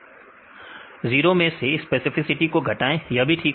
विद्यार्थी 1 माइनस 0 मैं से स्पेसिफिसिटी को घटाएं यह भी ठीक